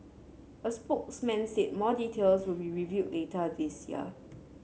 a spokesman said more details will be revealed later this year